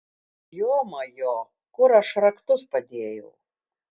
jomajo kur aš raktus padėjau